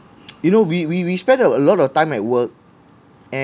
you know we we we spend a lot of time at work